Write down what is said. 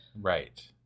Right